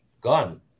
Gone